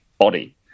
body